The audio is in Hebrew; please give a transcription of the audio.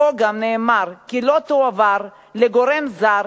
בחוק גם נאמר כי לא תועבר לגורם זר,